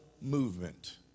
movement